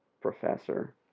professor